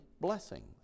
blessings